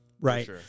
right